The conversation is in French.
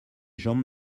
jambes